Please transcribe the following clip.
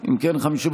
ההסתייגות.